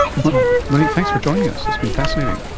that's right. monique, thanks for joining us, it's been fascinating.